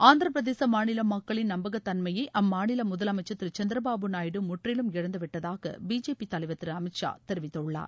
ஆந்திர பிரதேச மாநில மக்களின் நம்பகத்தன்மயை அம்மாநில முதலமைச்சர் திரு சந்திரபாபு நாயுடு முற்றிலும் இழந்துவிட்டதாக பிஜேபி தலைவர் திரு அமித் ஷா தெரிவித்துள்ளார்